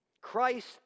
Christ